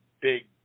big